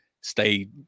stay